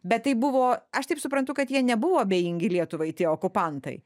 bet tai buvo aš taip suprantu kad jie nebuvo abejingi lietuvai tie okupantai